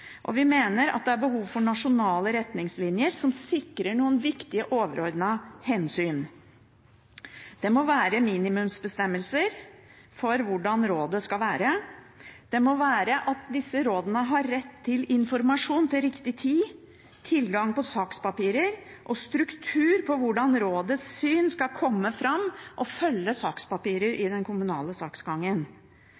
og vi mener at det er behov for nasjonale retningslinjer som sikrer noen viktige, overordnede hensyn. Det må være minimumsbestemmelser for hvordan rådet skal være. Disse rådene må ha rett til informasjon til riktig tid, tilgang til sakspapirer og struktur for hvordan rådets syn skal komme fram og følge sakspapirene i den kommunale saksgangen.